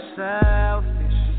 selfish